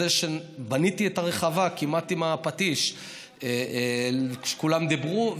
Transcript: זה שבנה את הרחבה כמעט עם הפטיש כשכולם דיברו.